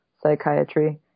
Psychiatry